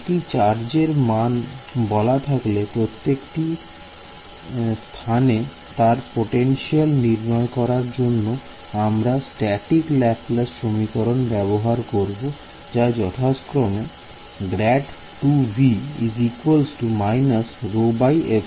একটি চার্জের মান বলা থাকলে প্রত্যেকটি স্থানে তার পোটেনশিয়াল নির্ণয় করার জন্য আমরা স্ট্যাটিক ল্যাপলাস সমীকরণের ব্যবহার করব যা যথাক্রমে ∇2V − ρε